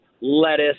lettuce